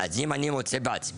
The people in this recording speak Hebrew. אז אם אני מוצא בעצמי,